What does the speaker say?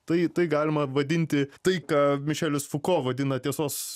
tai tai galima vadinti tai ką mišelis fuko vadina tiesos